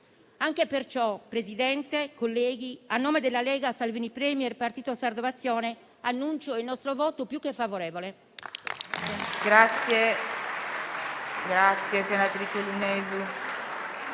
signor Presidente, colleghi, a nome della Lega-Salvini Premier-Partito Sardo d'Azione, annuncio il nostro volto più che favorevole.